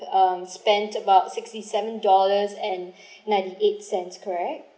um spent about sixty-seven dollars and ninety-eight cents correct